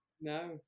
No